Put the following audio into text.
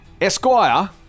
Esquire